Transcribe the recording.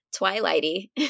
twilighty